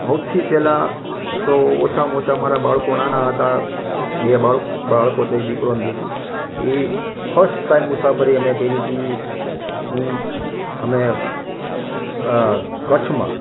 સૌથી પહેલાં તો ઓછામાં ઓછા મારા બાળકો નાના હતા બે બાળ બાળકો છે એક દીકરોને દીકરી એ ફર્સ્ટ ટાઈમ મુસાફરી અમે કરી હતી અમે કચ્છમાં